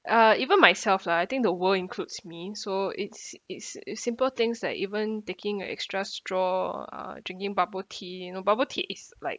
uh even myself lah I think the world includes me so it's it's it's simple things like even taking a extra straw uh drinking bubble tea you know bubble tea is like